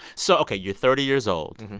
so ok, you're thirty years old.